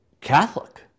Catholic